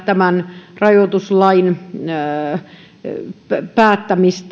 tämän rajoituslain päättämisen